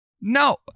No